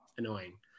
annoying